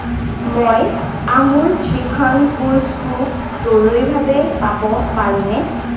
মই Amul shrikhand cool scoop জৰুৰীভাৱে পাব পাৰোঁনে